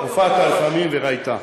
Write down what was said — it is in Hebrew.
הופעת לפעמים וראית,